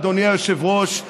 אדוני היושב-ראש,